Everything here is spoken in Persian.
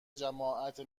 جماعت